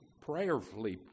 prayerfully